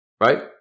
Right